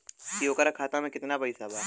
की ओकरा खाता मे कितना पैसा बा?